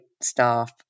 staff